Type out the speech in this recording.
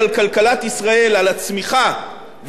על הצמיחה ועל התעסוקה,